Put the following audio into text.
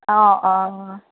অঁ অঁ